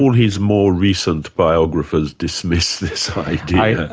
all his more recently biographers dismiss this idea.